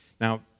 Now